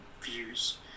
views